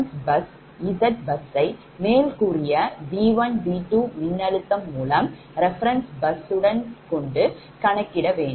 Zbus யை மேல் கூறிய V1 V2 மின்னழுத்தம் மூலம் reference bus உடன் கொண்டு கணக்கிட வேண்டும்